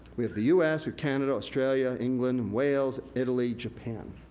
we have the us, canada, australia, england and wales, italy, japan.